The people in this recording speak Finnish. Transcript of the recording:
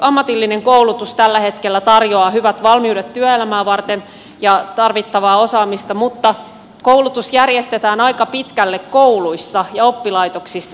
ammatillinen koulutus tällä hetkellä tarjoaa hyvät valmiudet työelämää varten ja tarvittavaa osaamista mutta koulutus järjestetään aika pitkälle kouluissa ja oppilaitoksissa